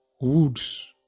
woods